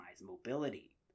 mobility